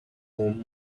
home